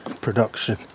production